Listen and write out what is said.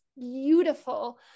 beautiful